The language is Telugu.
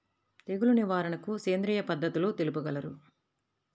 తెగులు నివారణకు సేంద్రియ పద్ధతులు తెలుపగలరు?